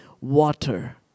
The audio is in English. water